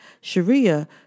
Sharia